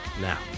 Now